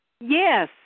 Yes